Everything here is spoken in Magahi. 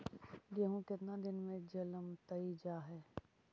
गेहूं केतना दिन में जलमतइ जा है?